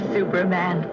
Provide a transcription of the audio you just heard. Superman